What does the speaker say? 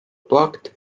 blocked